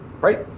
Right